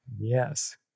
Yes